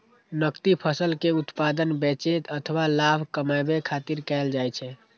नकदी फसल के उत्पादन बेचै अथवा लाभ कमबै खातिर कैल जाइ छै